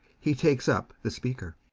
he takes up the speaker.